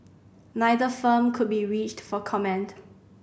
neither firm could be reached for comment